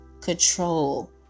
control